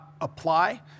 apply